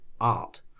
art